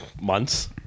months